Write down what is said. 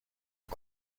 the